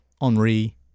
Henri